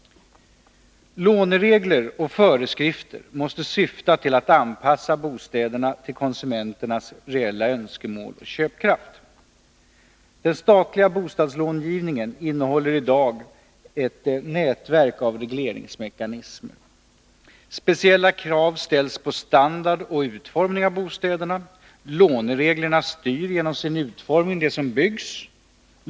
Låneregler och föreskrifter måste syfta till att anpassa bostäderna till konsumenternas reella önskemål och köpkraft. Den statliga bostadslångivningen innehåller i dag ett nätverk av regleringsmekanismer. Speciella krav ställs på standard och utformning av bostäderna. Lånereglerna styr genom sin utformning det som byggs.